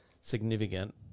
significant